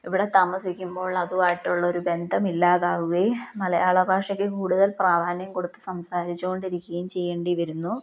ഇവിടെ താമസിക്കുമ്പോൾ അതുമായിട്ടുള്ളൊരു ബന്ധമില്ലാതാകുകയും മലയാള ഭാഷയ്ക്ക് കൂടുതൽ പ്രാധാന്യം കൊടുത്ത് സംസാരിച്ചു കൊണ്ടിരിക്കുകയും ചെയ്യേണ്ടി വരുന്നു